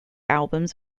albums